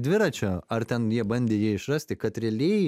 dviračio ar ten jie bandė jį išrasti kad realiai